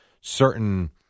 certain